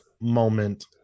moment